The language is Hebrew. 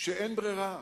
אין ברירה,